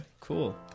cool